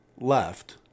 left